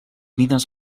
nines